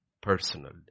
personal